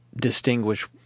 distinguish